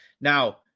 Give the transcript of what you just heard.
Now